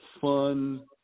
fun